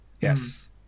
Yes